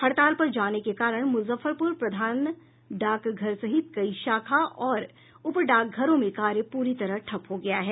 हड़ताल पर जाने के कारण मुजफ्फरपुर प्रधान डाकघर सहित कई शाखा और उप डाकघरों में कार्य पूरी तरह ठप हो गया है